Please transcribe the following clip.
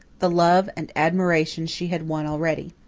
the love and admiration she had won already.